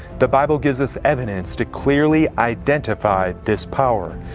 the bible gives us evidence to clearly identify this power.